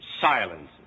silence